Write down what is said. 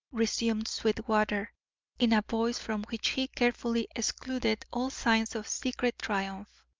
resumed sweetwater in a voice from which he carefully excluded all signs of secret triumph,